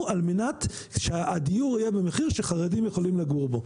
על מנת שהדיור יהיה במחיר שחרדים יוכלו לגור שם.